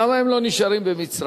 למה הם לא נשארים במצרים?